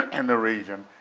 and the region,